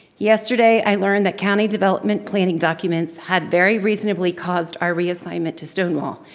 yesterday i learned that county development planning documents had very reasonably caused our reassignment to stonewall.